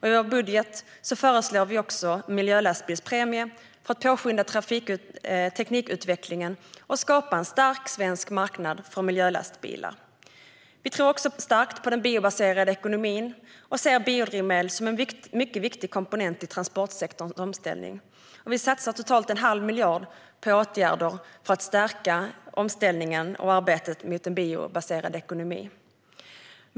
I vår budget föreslår vi också en miljölastbilspremie för att påskynda teknikutvecklingen och skapa en stark svensk marknad för miljölastbilar. Vi tror starkt på den biobaserade ekonomin och ser biodrivmedel som en mycket viktig komponent i transportsektorns omställning. Vi satsar totalt en halv miljard på åtgärder för att stärka omställningen och arbetet för att gå mot en biobaserad ekonomi.